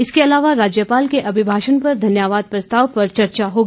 इसके अलावा राज्यपाल के अभिभाषण पर धन्यवाद प्रस्ताव पर चर्चा होगी